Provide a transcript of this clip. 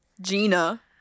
Gina